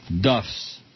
Duff's